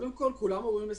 קודם כל כולם אומרים אסטרטגי,